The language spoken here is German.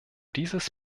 dieses